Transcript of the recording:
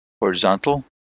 horizontal